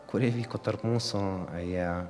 kurie vyko tarp mūsų jie